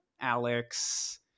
Alex